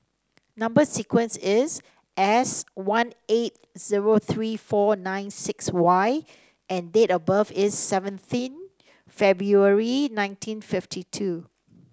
number sequence is S one eight zero three four nine six Y and date of birth is seventeen February nineteen fifty two